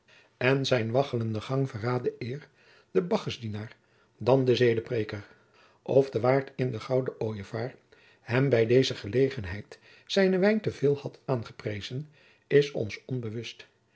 en zijn waggelende gang verraadde eer den bacchusdienaar dan den zedeprediker of de waard in den gouden ojevaar hem bij deze gelegenheid zijnen wijn te veel had aangeprezen jacob van lennep de pleegzoon is ons onbewust